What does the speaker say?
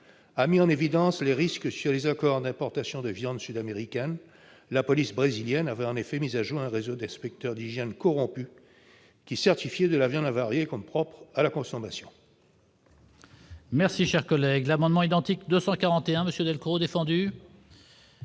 mis en évidence les risques des accords d'importation de viande sud-américaine. La police brésilienne avait en effet mis au jour un réseau d'inspecteurs d'hygiène corrompus qui certifiaient de la viande avariée comme propre à la consommation. La parole est à M. Bernard Delcros, pour défendre